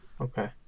Okay